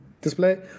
display